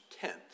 tenth